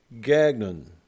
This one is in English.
Gagnon